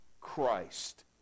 Christ